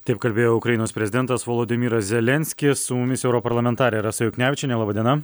taip kalbėjo ukrainos prezidentas volodimyras zelenskis su mumis europarlamentarė rasa juknevičienė laba diena